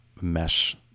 mesh